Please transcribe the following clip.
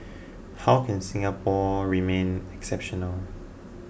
how can Singapore remain exceptional